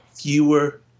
fewer